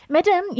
Madam